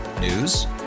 News